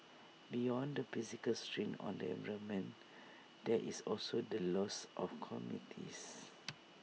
beyond the physical strain on the environment there is also the loss of communities